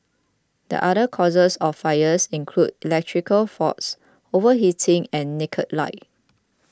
the other causes of fires include electrical faults overheating and naked light